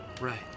Right